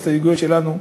בהסתייגויות שלנו,